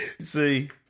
See